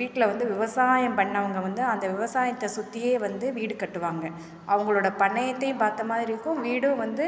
வீட்டில வந்து விவசாயம் பண்ணவங்கள் வந்து அந்த விவசாயத்தை சுற்றியே வந்து வீடு கட்டுவாங்கள் அவங்களோட பண்ணையத்தையும் பார்த்த மாதிரி இருக்கும் வீடும் வந்து